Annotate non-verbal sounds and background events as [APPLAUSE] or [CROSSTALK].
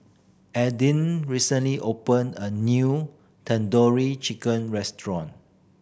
[UNINTELLIGIBLE] recently opened a new Tandoori Chicken Restaurant